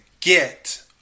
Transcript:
get